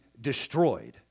destroyed